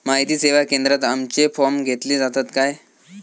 माहिती सेवा केंद्रात आमचे फॉर्म घेतले जातात काय?